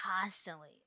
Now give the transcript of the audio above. constantly